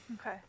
Okay